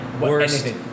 Worst